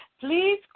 please